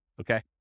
okay